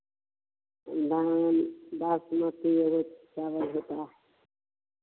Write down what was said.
धान बासमती और वह चावल होता है